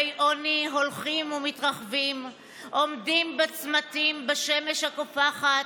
עוני הולכים ומתרחבים העומדים בצמתים בשמש הקופחת,